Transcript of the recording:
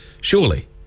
Surely